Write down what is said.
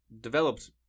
developed